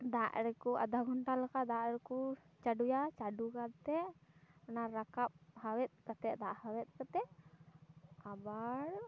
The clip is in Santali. ᱫᱟᱜ ᱨᱮᱠᱚ ᱟᱫᱷᱟ ᱜᱷᱚᱱᱴᱟ ᱞᱮᱠᱟ ᱫᱟᱜ ᱨᱮᱠᱚ ᱪᱟᱰᱳᱭᱟ ᱪᱟᱰᱳ ᱠᱟᱛᱮ ᱚᱱᱟ ᱨᱟᱠᱟᱵ ᱦᱟᱭᱮᱫ ᱠᱟᱛᱮ ᱫᱟᱜ ᱦᱟᱣᱮᱫ ᱠᱟᱛᱮ ᱟᱵᱟᱨ